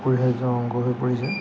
অপৰিহাৰ্য অংগ হৈ পৰিছে